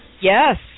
Yes